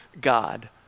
God